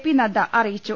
P Nadda അറിയിച്ചു